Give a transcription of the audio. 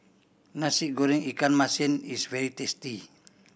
Nasi Goreng ikan masin is very tasty